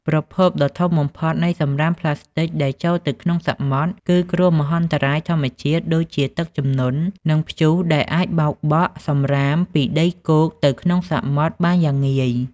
ប្រភពដ៏ធំបំផុតនៃសំរាមប្លាស្ទិកដែលចូលទៅក្នុងសមុទ្រ គឺគ្រោះមហន្តរាយធម្មជាតិ ដូចជាទឹកជំនន់ និងព្យុះដែលអាចបោកបក់សំរាមពីដីគោកទៅក្នុងសមុទ្របានយ៉ាងងាយ។